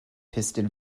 piston